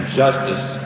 justice